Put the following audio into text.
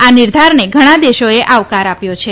આ નિર્ઘારને ઘણા દેશોએ આવકાર આપ્યો છે